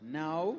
now